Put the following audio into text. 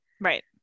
Right